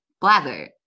Blather